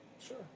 Sure